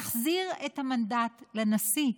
תחזיר את המנדט לנשיא.